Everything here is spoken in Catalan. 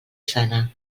sana